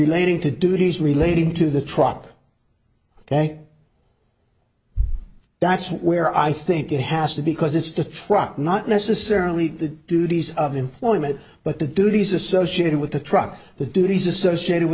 relating to duties relating to the truck ok that's where i think it has to because it's the truck not necessarily the duties of employment but the duties associated with the truck the duties associated